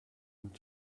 und